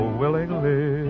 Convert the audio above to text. willingly